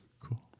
cool